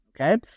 okay